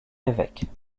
évêque